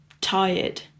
tired